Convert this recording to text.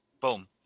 boom